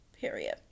period